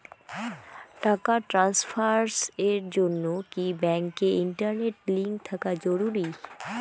টাকা ট্রানস্ফারস এর জন্য কি ব্যাংকে ইন্টারনেট লিংঙ্ক থাকা জরুরি?